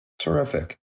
Terrific